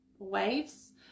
waves